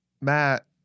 Matt